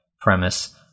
premise